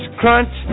crunch